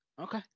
Okay